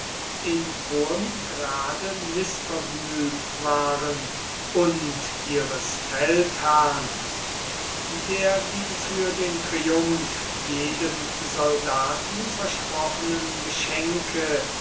in hohem grade mißvergnügt waren und ihres feldherrn der die für den triumph jedem soldaten versprochenen geschenke